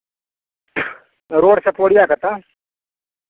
रोडसँ पुबरिया कत्ता